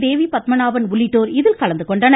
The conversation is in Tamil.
தேவி பத்மநாபன் உள்ளிட்டோர் இதில் கலந்துகொண்டனர்